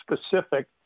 specific